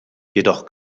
jedoch